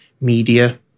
media